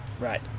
right